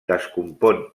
descompon